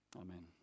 amen